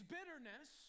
bitterness